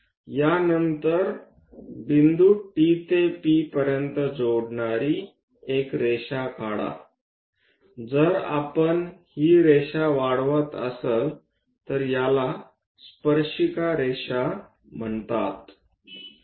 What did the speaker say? यानंतर बिंदू T ते P पर्यंत जोडणारी एक रेषा काढा जर आपण ही रेषा वाढवत असाल तर याला स्पर्शिका रेषा म्हणतात